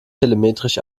telemetrisch